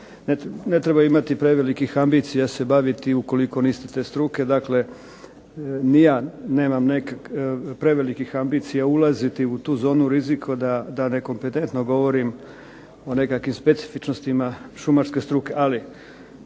ne treba imati prevelikih ambicija se baviti ukoliko niste te struke. Dakle, ni ja nemam nekakvih prevelikih ambicija ulaziti u tu zonu rizika da nekompetentno govorim o nekakvim specifičnostima šumarske struke, ali